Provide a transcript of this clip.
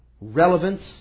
relevance